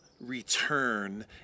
return